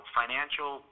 financial